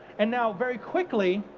and now very quickly,